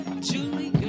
julie